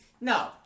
No